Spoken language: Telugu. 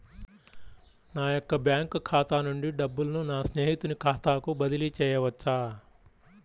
నా యొక్క బ్యాంకు ఖాతా నుండి డబ్బులను నా స్నేహితుని ఖాతాకు బదిలీ చేయవచ్చా?